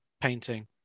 painting